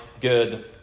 good